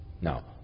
Now